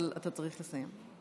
אבל אתה צריך לסיים.